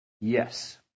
Yes